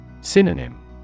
Synonym